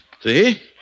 see